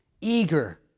eager